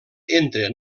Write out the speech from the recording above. entre